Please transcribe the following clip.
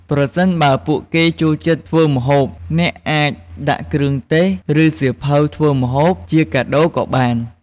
ប្រសិនបើពួកគេចូលចិត្តធ្វើម្ហូប អ្នកអាចដាក់គ្រឿងទេស ឬសៀវភៅធ្វើម្ហូប ជាកាដូក៏បាន។